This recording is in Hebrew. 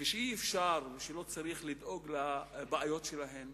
ושאי-אפשר ולא צריך לדאוג לבעיות שלהן,